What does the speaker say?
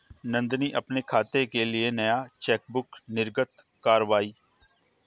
नंदनी अपने खाते के लिए नया चेकबुक निर्गत कारवाई